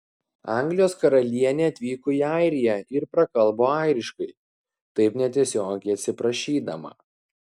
anglijos karalienė atvyko į airiją ir prakalbo airiškai taip netiesiogiai atsiprašydama